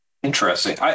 Interesting